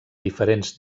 diferents